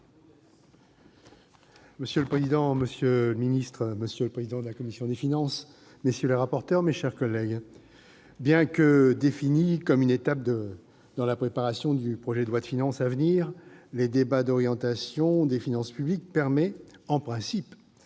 Monsieur le président, monsieur le ministre, monsieur le président de la commission des finances, messieurs les rapporteurs généraux, mes chers collègues, bien qu'il soit défini comme une étape dans la préparation du projet de loi de finances à venir, le débat d'orientation des finances publiques permet, en principe,